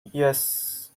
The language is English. yes